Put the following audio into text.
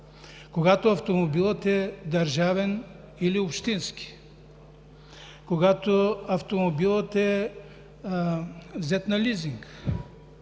когато автомобилът е държавен или общински; когато автомобилът е взет на лизинг.